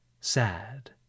Sad